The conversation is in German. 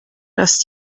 dass